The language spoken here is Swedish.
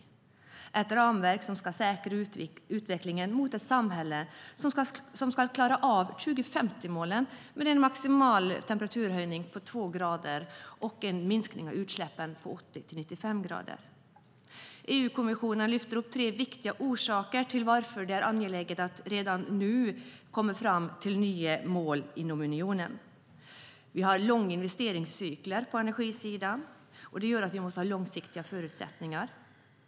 Det är ett ramverk som ska säkra utvecklingen mot ett samhälle som ska klara av 2050-målen om en maximal temperaturhöjning med två grader och en minskning av utsläppen med 80-95 procent. EU-kommissionen lyfter fram, tre viktiga orsaker till att det är angeläget att vi redan nu kommer fram till nya mål inom unionen. Vi har långa investeringscykler på energisidan som gör att vi måste ha långsiktiga förutsättningar.